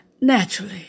Naturally